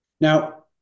Now